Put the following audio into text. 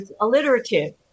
alliterative